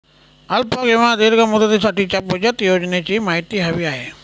अल्प किंवा दीर्घ मुदतीसाठीच्या बचत योजनेची माहिती हवी आहे